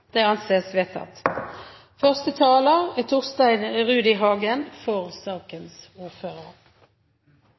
Det anses vedtatt. Første taler er Torstein Rudihagen – for sakens ordfører.